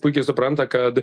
puikiai supranta kad